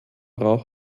rauch